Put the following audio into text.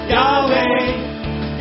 Yahweh